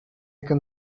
can